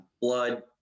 blood